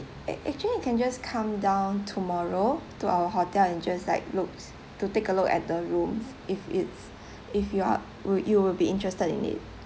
ac~ actually you can just come down tomorrow to our hotel and just like looks to take a look at the rooms if it's if you are will you will be interested in it